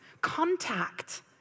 contact